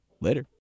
Later